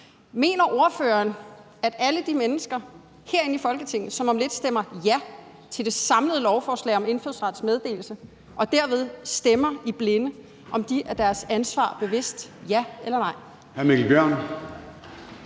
Mener ordføreren, at alle de mennesker herinde i Folketinget, som om lidt stemmer ja til det samlede lovforslag om indfødsrets meddelelse og derved stemmer i blinde, er deres ansvar bevidst – ja eller nej?